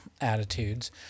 attitudes